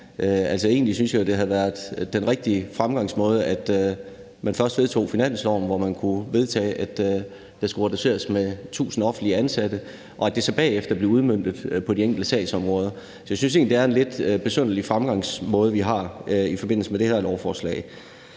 egentlig synes jeg jo, det havde været den rigtige fremgangsmåde, at man først vedtog finansloven, hvorpå man kunne vedtage, at der skulle reduceres med 1.000 offentligt ansatte, og at det så bagefter blev udmøntet på de enkelte sagsområder. Så jeg synes egentlig, det er en lidt besynderlig fremgangsmåde, vi har i forbindelse med det her lovforslag.